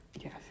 Yes